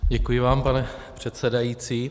Děkuji vám, pane předsedající.